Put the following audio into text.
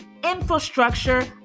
infrastructure